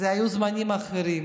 אלה היו זמנים אחרים.